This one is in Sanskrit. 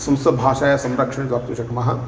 संस्कृतभाषयाः संरक्षणं कर्तुं शक्नुमः